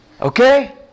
Okay